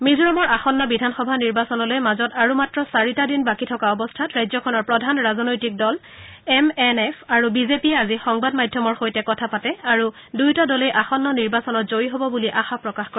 মিজোৰামৰ আসন্ন বিধানসভা নিৰ্বাচনলৈ মাজত আৰু মাত্ৰ চাৰিটা দিন বাকী থকা অৱস্থাত ৰাজ্যখনৰ প্ৰধান ৰাজনৈতিক দল এম এন এফ আৰু বিজেপিয়ে আজি সংবাদ মাধ্যমৰ সৈতে কথা পাতে আৰু দুয়োটা দলেই আসন্ন নিৰ্বাচনত জয়ী হব বুলি আশা প্ৰকাশ কৰে